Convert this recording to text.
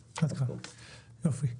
יופי.